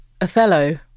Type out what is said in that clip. Othello